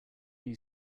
new